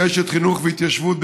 אשת חינוך והתיישבות,